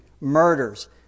murders